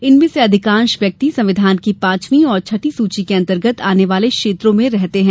इनमें से अधिकांश व्यक्ति संविधान की पांचवीं और छठी सूची के अंतर्गत आने वाले क्षेत्रों में रहते हैं